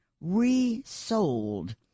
resold